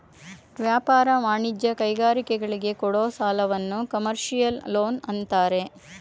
ವ್ಯಾಪಾರ, ವಾಣಿಜ್ಯ, ಕೈಗಾರಿಕೆಗಳಿಗೆ ಕೊಡೋ ಸಾಲವನ್ನು ಕಮರ್ಷಿಯಲ್ ಲೋನ್ ಅಂತಾರೆ